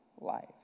life